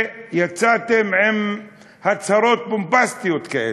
ויצאתם בהצהרות בומבסטיות כאלה,